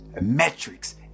metrics